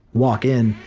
walk in.